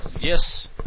Yes